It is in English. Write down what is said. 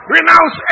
Renounce